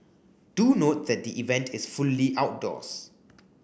do note that the event is fully outdoors